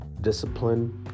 Discipline